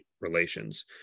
relations